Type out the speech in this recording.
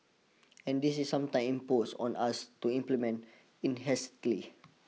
and this is some time imposed on us to implement in hastily